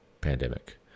pandemic